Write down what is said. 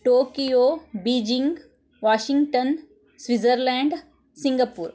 Tokyo Beijing Washington Switzerland Singapore